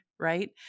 right